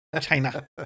China